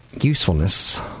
usefulness